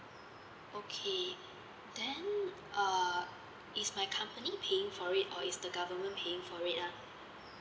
okay then uh is my company pay for it or is the government pay for it ah